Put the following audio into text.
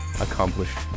accomplished